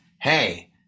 hey